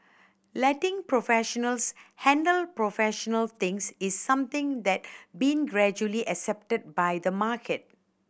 letting professionals handle professional things is something that's being gradually accepted by the market